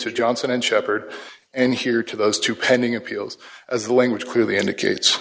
to johnson and sheppard and here to those two pending appeals as the language clearly indicates